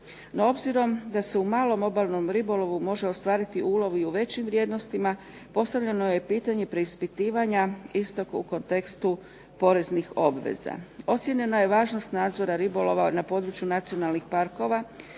No obzirom da se u malom obalnom ribolovu može ostvariti ulov i u većim vrijednostima postavljeno je pitanje preispitivanja istog u kontekstu poreznih obveza. Ocijenjena je važnost nadzora ribolova na području nacionalnih parkova,